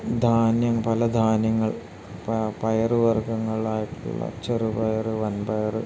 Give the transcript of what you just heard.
ധാന്യം പല ധാന്യങ്ങൾ പയറുവർഗ്ഗങ്ങളായിട്ടുള്ള ചെറുപയർ വന്പയർ